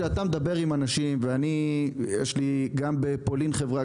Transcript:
כשאתה מדבר עם אנשים ואני יש לי גם בפולין חברה,